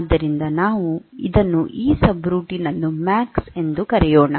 ಆದ್ದರಿಂದ ನಾವು ಇದನ್ನು ಈ ಸಬ್ರುಟೀನ್ ಅನ್ನು ಮ್ಯಾಕ್ಸ್ ಎಂದು ಕರೆಯೋಣ